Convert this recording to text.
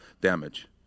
damage